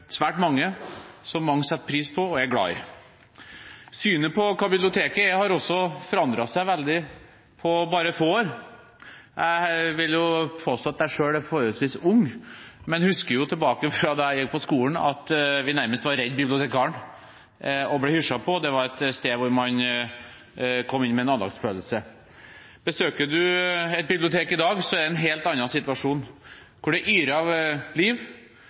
svært mange setter pris på og er glad i. Synet på hva biblioteket er, har også forandret seg veldig på bare få år. Jeg vil påstå at jeg selv er forholdsvis ung, men jeg husker tilbake til da jeg gikk på skolen, at vi nærmest var redd bibliotekaren og ble hysjet på. Det var et sted hvor man kom inn med en andaktsfølelse. Besøker man et bibliotek i dag, er det en helt annen situasjon: Det yrer av liv,